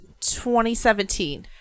2017